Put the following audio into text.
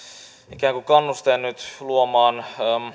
ikään kuin kannusteen nyt luoda